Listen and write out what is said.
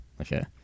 Okay